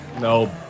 No